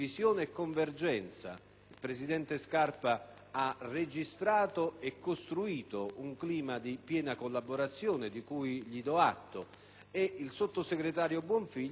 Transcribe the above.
Il presidente Scarpa Bonazza Buora ha registrato e costruito un clima di piena collaborazione di cui gli do atto e il sottosegretario Buonfiglio ha potuto assumere,